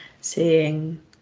seeing